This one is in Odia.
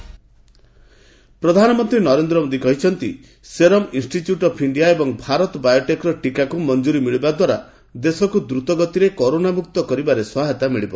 ପିଏମ୍ ଭାକ୍ସିନ୍ ପ୍ରଧାନମନ୍ତ୍ରୀ ନରେନ୍ଦ୍ର ମୋଦି କହିଛନ୍ତି ସେରମ୍ ଇନ୍ଷ୍ଟିଚ୍ୟୁଟ୍ ଅଫ୍ ଇଣ୍ଡିଆ ଏବଂ ଭାରତ ବାୟୋଟେକ୍ର ଟୀକାକୁ ମଞ୍ଜୁରି ମିଳିବାଦ୍ୱାରା ଦେଶକୁ ଦ୍ରତଗତିରେ କରୋନାମୁକ୍ତ କରିବାରେ ସହାୟତା ମିଳିବ